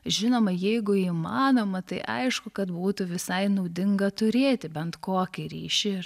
žinoma jeigu įmanoma tai aišku kad būtų visai naudinga turėti bent kokį ryšį